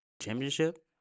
championship